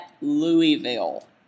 Louisville